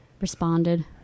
responded